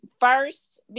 First